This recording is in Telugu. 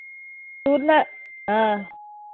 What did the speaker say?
పూర్ణా